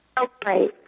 Okay